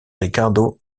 ricardo